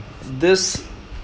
this